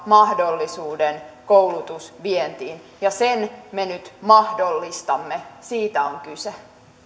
mahdollisuuden koulutusvientiin ja sen me nyt mahdollistamme siitä on kyse